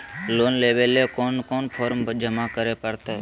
Loan लेवे ले कोन कोन फॉर्म जमा करे परते?